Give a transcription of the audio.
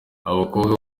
abakobwa